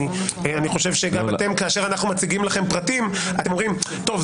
אני חושב שגם אתם כאשר אנחנו מציגים לכם פרטים אתם אומרים: טוב,